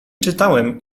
czytałem